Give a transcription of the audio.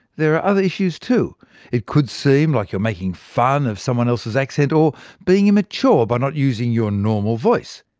there are other issues too it could seem like you're making fun of someone else's accent, or being immature by not using your normal voice.